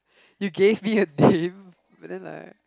you gave me a name but then like